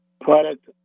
product